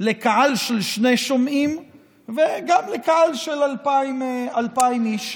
לקהל של שני שומעים ולקהל של 2,000 איש.